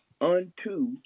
unto